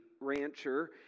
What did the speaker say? rancher